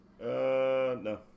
No